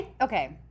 Okay